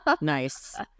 Nice